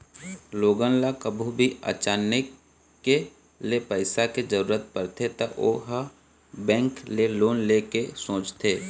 लोगन ल कभू भी अचानके ले पइसा के जरूरत परथे त ओ ह बेंक ले लोन ले के सोचथे